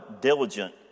diligent